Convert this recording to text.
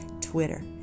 twitter